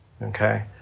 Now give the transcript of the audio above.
Okay